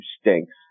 stinks